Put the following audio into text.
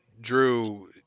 Drew